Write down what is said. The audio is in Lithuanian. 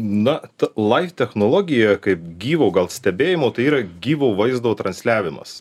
na ta laif technologija kaip gyvo gal stebėjimo tai yra gyvo vaizdo transliavimas